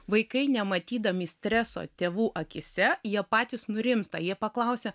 vaikai nematydami streso tėvų akyse jie patys nurimsta jie paklausia